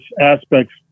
aspects